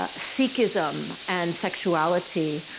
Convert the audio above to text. ah sikhism and sexuality.